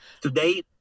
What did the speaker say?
today